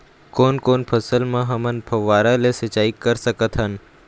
कोन कोन फसल म हमन फव्वारा ले सिचाई कर सकत हन?